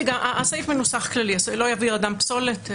הסעיף מנוסח כללי לא יבעיר אדם פסולת.